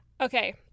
Okay